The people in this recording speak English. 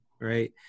right